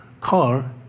car